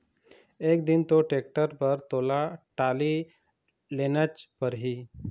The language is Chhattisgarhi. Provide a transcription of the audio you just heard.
एक दिन तो टेक्टर बर तोला टाली लेनच परही